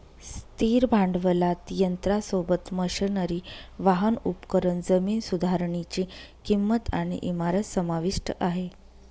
स्थिर भांडवलात यंत्रासोबत, मशनरी, वाहन, उपकरण, जमीन सुधारनीची किंमत आणि इमारत समाविष्ट आहे